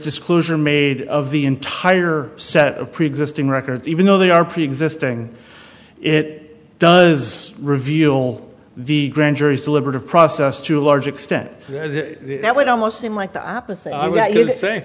disclosure made of the entire set of preexisting records even though they are preexisting it does reveal the grand jury's liberty of process to a large extent that would almost seem like the opposite i